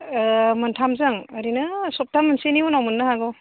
मोनथामजों ओरैनो सबथा मोनसेनि उनाव मोननो हागौ